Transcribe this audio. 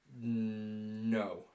No